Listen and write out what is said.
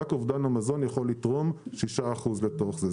רק אובדן המזון יכול לתרום 6% לצורך זה.